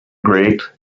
great